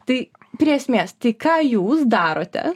tai prie esmės tai ką jūs darote